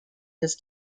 his